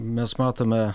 mes matome